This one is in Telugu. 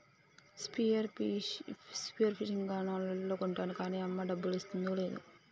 స్పియర్ ఫిషింగ్ గన్ ఆన్ లైన్లో కొంటాను కాన్నీ అమ్మ డబ్బులిస్తాదో లేదో